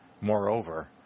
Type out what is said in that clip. Moreover